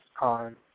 on